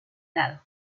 lado